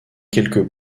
quelques